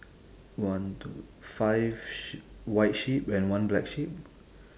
one two five sh~ white sheep and one black sheep